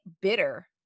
bitter